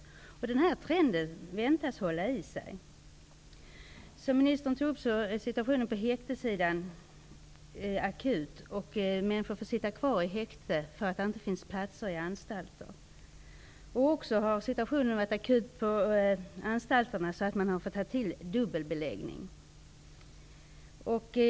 Den här trenden väntas hålla i sig. Som ministern tog upp är situationen på häktessidan akut. Människor får sitta kvar i häkte för att det inte finns platser på anstalter. Situationen har också varit akut på anstalterna, så att man har fått ta till dubbelbeläggning.